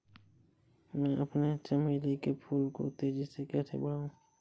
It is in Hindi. मैं अपने चमेली के फूल को तेजी से कैसे बढाऊं?